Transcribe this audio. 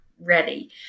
ready